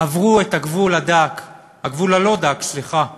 עברו את הגבול הדק, הגבול הלא-דק, סליחה,